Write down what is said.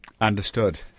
understood